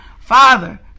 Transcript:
Father